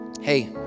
Hey